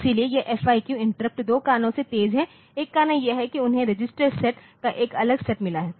इसलिए यह FIQ interrupt दो कारणों से तेज है एक कारण यह है कि उन्हें रजिस्टर सेट का एक अलग सेट मिला है